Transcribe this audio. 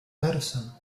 medicine